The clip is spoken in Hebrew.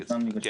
כן.